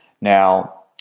Now